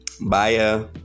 bye